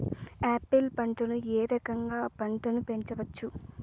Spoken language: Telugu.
ఆపిల్ పంటను ఏ రకంగా అ పంట ను పెంచవచ్చు?